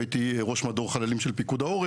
הייתי ראש מדור חללים של פיקוד העורף,